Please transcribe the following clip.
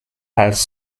als